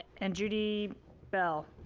and judy bell.